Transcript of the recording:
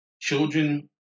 Children